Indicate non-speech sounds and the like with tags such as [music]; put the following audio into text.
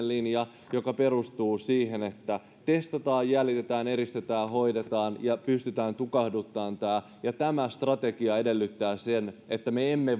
[unintelligible] linja joka perustuu siihen että testataan jäljitetään eristetään hoidetaan ja pystytään tukahduttamaan tämä ja tämä strategia edellyttää sen että me emme [unintelligible]